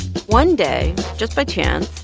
one day, just by chance,